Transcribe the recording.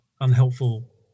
unhelpful